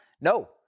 No